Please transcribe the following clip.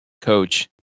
coach